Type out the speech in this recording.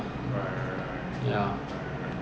their their economy